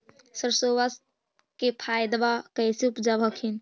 सरसोबा के पायदबा कैसे उपजाब हखिन?